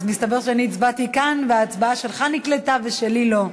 מסתבר שאני הצבעתי כאן וההצבעה שלך נקלטה ושלי לא,